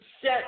set